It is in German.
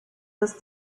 das